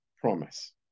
promise